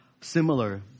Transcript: similar